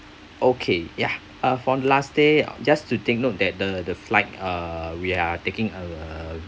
okay ya uh for the last day just to take note that the the flight uh we are taking a